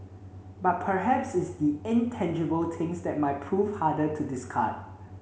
but perhaps it's the intangible things that might prove harder to discard